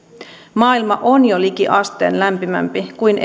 maailma on jo liki asteen lämpimämpi kuin